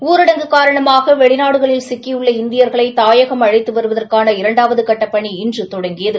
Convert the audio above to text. ஊரடங்கு காரணமாக வெளிநாடுகளில் சிக்கியுள்ள இந்தியர்களை தாயாகம் அழழத்து வருவதற்கான இரண்டாவது கட்ட பணி இன்று தொடங்கியது